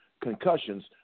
concussions